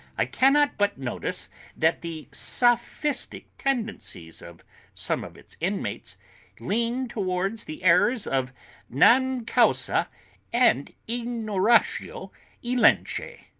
i cannot but notice that the sophistic tendencies of some of its inmates lean towards the errors of non causa and ignoratio elenchi.